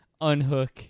unhook